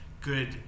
good